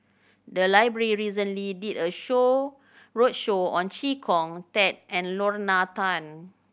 the library recently did a show roadshow on Chee Kong Tet and Lorna Tan